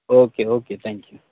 okay okay thank you